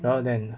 well then